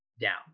down